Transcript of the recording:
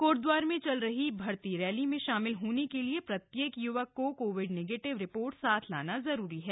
कोटद्वार में चल रही भर्ती रैली में शामिल होने के लिए प्रत्येक य्वक को कोविड निगेटिव रिपोर्ट साथ लाना जरूरी है